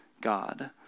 God